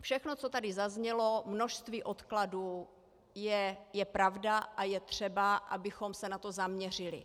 Všechno, co tady zaznělo, množství odkladů, je pravda a je třeba, abychom se na to zaměřili.